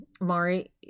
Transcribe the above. Mari